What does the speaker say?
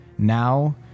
Now